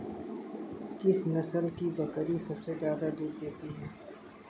किस नस्ल की बकरी सबसे ज्यादा दूध देती है?